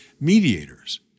mediators